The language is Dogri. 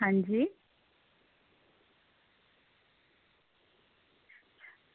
आं जी